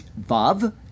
Vav